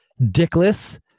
dickless